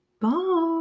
Bye